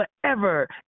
forever